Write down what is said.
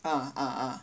ah ah ah